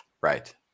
Right